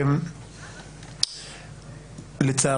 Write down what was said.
לפי